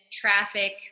traffic